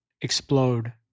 explode